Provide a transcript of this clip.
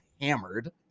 hammered